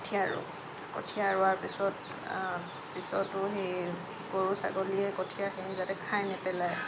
কঠীয়া ৰুওঁ কঠীয়া ৰুৱাৰ পিছত পিছতো সেই গৰু ছাগলীয়ে কঠীয়াখিনি যাতে খায় নেপেলায়